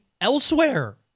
elsewhere